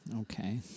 Okay